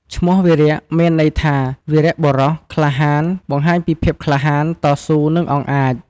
ឈ្មោះវីរៈ មានន័យថាវីរបុរស ក្លាហាន បង្ហាញពីភាពក្លាហាន តស៊ូ និង អង់អាច។